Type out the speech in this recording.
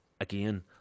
again